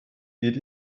geht